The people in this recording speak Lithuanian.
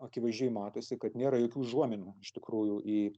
akivaizdžiai matosi kad nėra jokių užuominų iš tikrųjų į